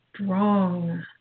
strong